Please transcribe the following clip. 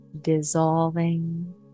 dissolving